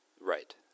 Right